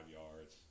yards